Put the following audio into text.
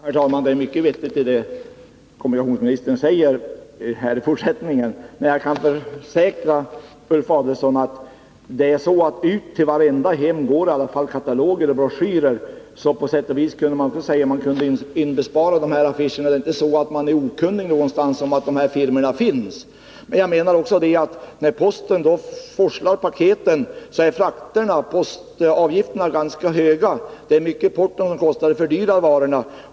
Herr talman! Det som kommunikationsministern fortsättningsvis säger är mycket vettigt. Men jag kan försäkra Ulf Adelsohn att det till varje hem skickas kataloger och broschyrer och att kostnaden för dessa affischer skulle kunna inbesparas eftersom man inte någonstans är okunnig om att dessa firmor finns. När posten forslar paketen är fraktoch portoavgifterna ganska höga, och det fördyrar varorna.